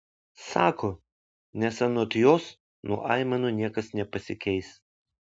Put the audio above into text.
sako nes anot jos nuo aimanų niekas nepasikeis